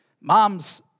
Moms